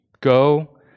go